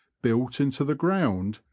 built into the ground,